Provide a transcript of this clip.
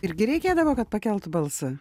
irgi reikėdavo kad pakeltų balsą